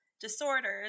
disorders